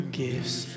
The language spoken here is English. gifts